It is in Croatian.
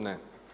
Ne.